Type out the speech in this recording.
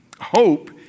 Hope